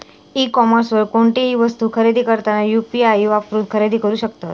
E कॉमर्सवर कोणतीही वस्तू खरेदी करताना यू.पी.आई वापरून खरेदी करू शकतत